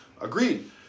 Agreed